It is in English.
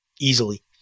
easily